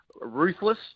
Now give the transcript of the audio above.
ruthless